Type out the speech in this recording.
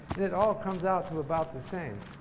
and it all comes out to about the same.